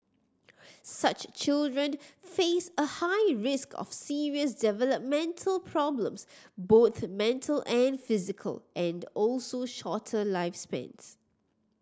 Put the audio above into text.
such children face a high risk of serious developmental problems both mental and physical and also shorter lifespans